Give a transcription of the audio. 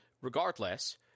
regardless